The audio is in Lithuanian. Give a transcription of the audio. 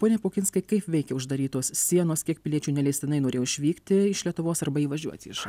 pone pukinskai kaip veikia uždarytos sienos kiek piliečių neleistinai norėjo išvykti iš lietuvos arba įvažiuoti iš